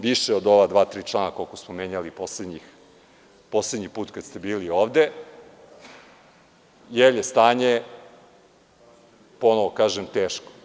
Više od ova dva, tri člana koliko smo menjali poslednji put kada ste bili ovde jer je stanje, ponovo kažem, teško.